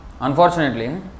Unfortunately